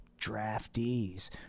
draftees